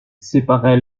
séparait